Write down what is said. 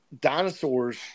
dinosaurs